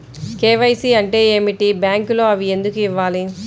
KYC అంటే ఏమిటి? బ్యాంకులో అవి ఎందుకు ఇవ్వాలి?